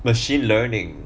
machine learning